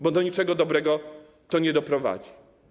Bo do niczego dobrego to nie doprowadzi.